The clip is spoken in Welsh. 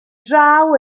draw